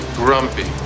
grumpy